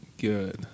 good